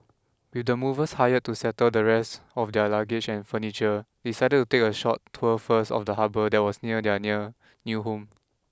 with the movers hired to settle the rest of their luggage and furniture decided to take a short tour first of the harbour that was near their near new home